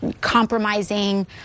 compromising